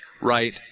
right